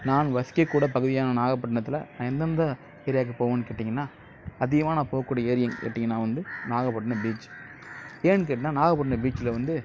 நான் வசிக்க கூடிய பகுதியான நாகப்பட்னத்தில் எந்தெந்த ஏரியாக்கு போவேன் கேட்டிங்கன்னா அதிகமாக நான் போக கூடிய ஏரியா கேட்டிங்கன்னா வந்து நாகப்பட்னம் பீச் ஏன் கேட்டால் நாகப்பட்னம் பீசீல் வந்து